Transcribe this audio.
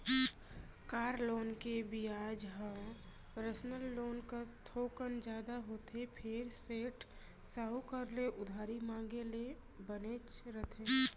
car loan के बियाज ह पर्सनल लोन कस थोकन जादा होथे फेर सेठ, साहूकार ले उधारी मांगे ले बनेच रथे